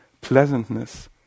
pleasantness